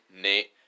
Nate